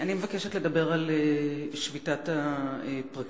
אני מבקשת לדבר על שביתת הפרקליטים,